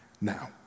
Now